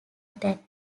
that